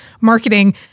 marketing